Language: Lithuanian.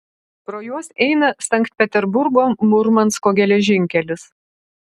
pro juos eina sankt peterburgo murmansko geležinkelis